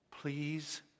Please